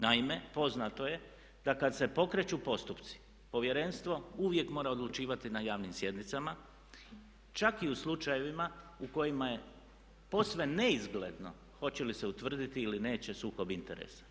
Naime, poznato je da kad se pokreću postupci povjerenstvo uvijek mora odlučivati na javnim sjednicama čak i u slučajevima u kojima je posve neizgledno hoće li se utvrditi ili neće sukob interesa.